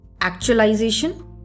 actualization